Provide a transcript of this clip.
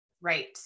Right